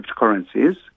cryptocurrencies